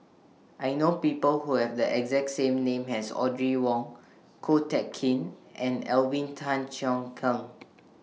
I know People Who Have The exact name as Audrey Wong Ko Teck Kin and Alvin Tan Cheong Kheng